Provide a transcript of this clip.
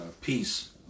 Peace